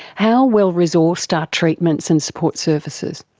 how well resourced are treatments and support services?